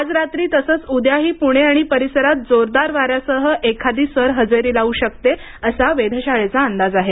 आज रात्री तसंच उद्याही पुणे आणि परिसरात जोरदार वाऱ्यासह एखादी सर हजेरी लावू शकते असा वेधशाळेचा अंदाज आहे